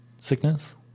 Sickness